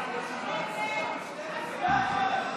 חוק לתיקון פקודת המשטרה (מס' 37),